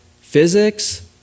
physics